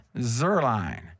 Zerline